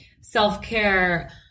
self-care